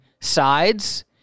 sides